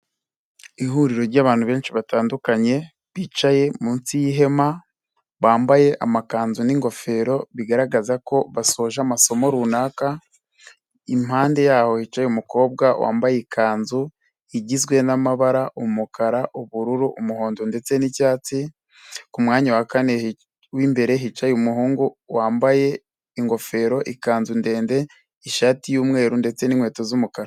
Ihuriro ry'abantu benshi batandukanye bicaye munsi y'ihema bambaye amakanzu n'ingofero bigaragaza ko basoje amasomo runaka, impande yaho hicaye umukobwa wambaye ikanzu igizwe n'amabara umukara, ubururu, umuhondo ndetse n'icyatsi, ku mwanya wa kane w'imbere hicaye umuhungu wambaye ingofero, ikanzu ndende ishati y'umweru ndetse n'inkweto z'umukara.